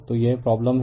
तो यह प्रॉब्लम है